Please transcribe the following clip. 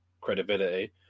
credibility